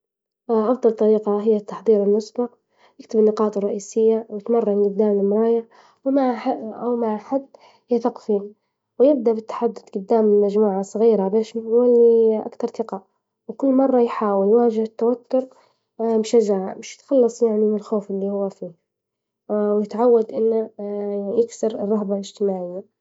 أ افضل طريقة هي تحضير المصفي يكت النقاط الرئيسية، ويتمرن قدام المرايا أو مع حد يثق فيه ، ويبدأ بالتحدث قدام مجموعة صغيرة باش نولي أكثر ثقة، وكل مرة يحاول يواجه التوتر بشجع وش يتخلص يعني من الخوف اللي هو فيه، ويتعود إنه يكسر الرهبة الإجتماعية.